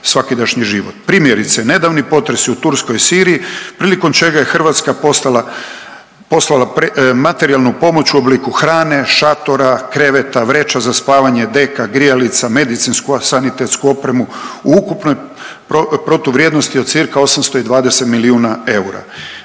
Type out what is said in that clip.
Primjerice nedavni potresi u Turskoj i Siriji prilikom čega je Hrvatska postala, poslala materijalnu pomoć u obliku hrane, šatora, kreveta, vreća za spavanje, deka, grijalica, medicinsku sanitetsku opremu u ukupnoj protuvrijednosti od cca. 820 milijuna eura,